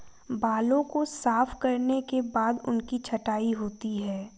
बालों को साफ करने के बाद उनकी छँटाई होती है